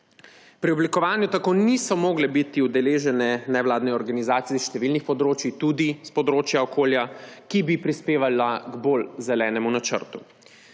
Pri oblikovanju tako niso mogle biti udeležene nevladne organizacije iz številnih področij, tudi s področja okolja, ki bi prispevale k bolj zelenemu načrt.